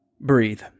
breathe